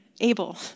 able